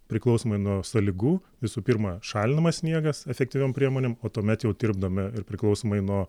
priklausomai nuo sąlygų visų pirma šalinamas sniegas efektyviom priemonėm o tuomet jau tirpdome ir priklausomai nuo